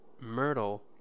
Myrtle